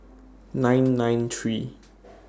nine nine three